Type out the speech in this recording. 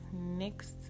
next